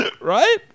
Right